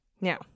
Now